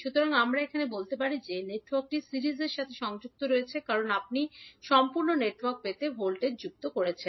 সুতরাং আমরা এখানে বলতে পারি যে নেটওয়ার্কটি সিরিজের সাথে সংযুক্ত রয়েছে কারণ আপনি সম্পূর্ণ নেটওয়ার্ক পেতে ভোল্টেজ যুক্ত করছেন